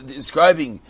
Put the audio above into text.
describing